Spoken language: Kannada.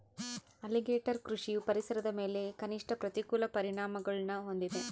ಅಲಿಗೇಟರ್ ಕೃಷಿಯು ಪರಿಸರದ ಮೇಲೆ ಕನಿಷ್ಠ ಪ್ರತಿಕೂಲ ಪರಿಣಾಮಗುಳ್ನ ಹೊಂದಿದೆ